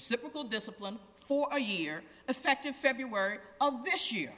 reciprocal discipline for year effect in february of this year